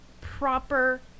proper